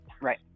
Right